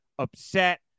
upset